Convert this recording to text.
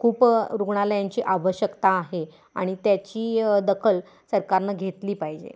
खूप रुग्णालयांची आवश्यकता आहे आणि त्याची दखल सरकारनं घेतली पाहिजे